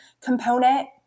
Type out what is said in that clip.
component